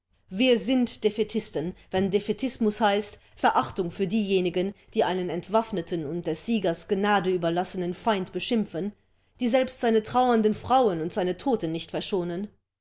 wir sind defaitisten wenn defaitismus heißt verachtung für diejenigen die einen entwaffneten und des siegers gnade überlassenen feind beschimpfen die selbst seine trauernden frauen und seine toten nicht verschonen